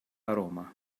roma